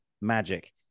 magic